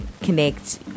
connect